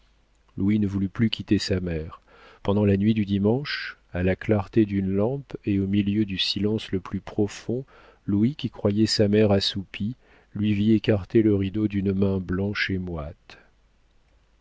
ne voulut plus quitter sa mère pendant la nuit du dimanche à la clarté d'une lampe et au milieu du silence le plus profond louis qui croyait sa mère assoupie lui vit écarter le rideau d'une main blanche et moite